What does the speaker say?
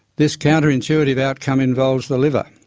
this counter-intuitive outcome involves the liver,